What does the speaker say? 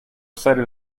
cited